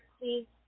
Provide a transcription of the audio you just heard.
Please